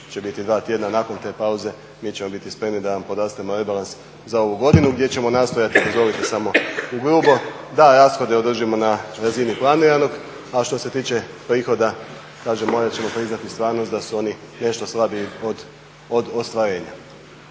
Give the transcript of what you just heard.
će biti dva tjedna. Nakon te pauze mi ćemo biti spremni da vam podastremo rebalans za ovu godinu gdje ćemo nastojati dozvolite samo ugrubo, da rashode održimo na razini planiranog. A što se tiče prihoda, kažem morat ćemo priznati stvarno da su oni nešto slabiji od ostvarenja,